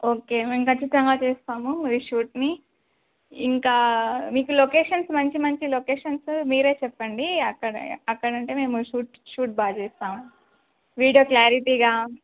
okay మేము ఖచ్చితంగా చేస్తాము మీ షూట్ని ఇంకా మీకు లొకేషన్స్ మంచి మంచి లొకేషన్స్ మీరే చెప్పండి అక్కడ అక్కడ అంటే మేము షూట్ షూట్ బాగా చేస్తాము వీడియో క్లారిటీగా